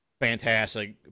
fantastic